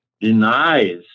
denies